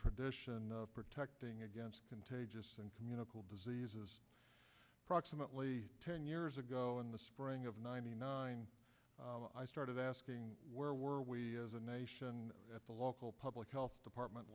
tradition of protecting against contagious and communicable diseases approximately ten years ago in the spring of ninety nine i started asking where were we as a nation at the local public health department